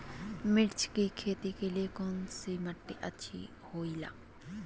मिर्च की खेती के लिए कौन सी मिट्टी अच्छी होईला?